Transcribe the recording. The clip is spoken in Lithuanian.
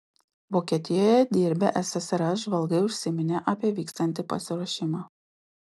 vokietijoje dirbę ssrs žvalgai užsiminė apie vykstantį pasiruošimą